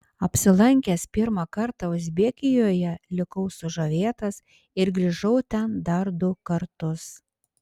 apsilankęs pirmą kartą uzbekijoje likau sužavėtas ir grįžau ten dar du kartus